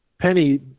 Penny